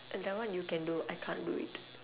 that one you can do I can't do it